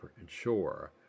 ensure